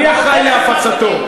אני אחראי להפצתו.